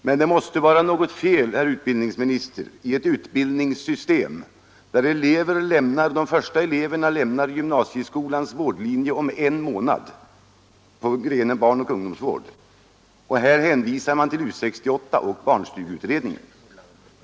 Men det måste vara något fel, herr utbildningsminister, i ett utbildningssystem där de första eleverna lämnar gymnasieskolans vårdlinje om en månad — det gäller barnoch ungdomsvård — medan man här hänvisar till U 68 och barnstugeutredningen.